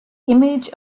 image